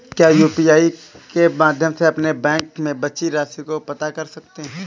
क्या यू.पी.आई के माध्यम से अपने बैंक में बची राशि को पता कर सकते हैं?